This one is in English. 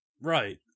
Right